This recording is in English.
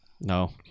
No